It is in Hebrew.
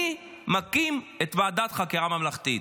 אני מקים ועדת חקירה ממלכתית.